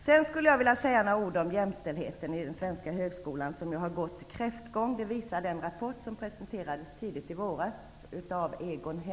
Sedan skulle jag vilja säga några ord om jämställdheten inom den svenska högskolan, som har gått en kräftgång. Det visar den rapport av Egon Hemlin som presenterades tidigt i våras.